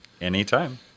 Anytime